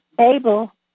able